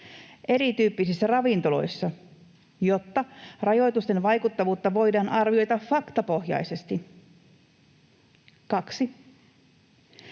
erityyppisissä ravintoloissa, jotta rajoitusten vaikuttavuutta voidaan arvioida faktapohjaisesti. 2.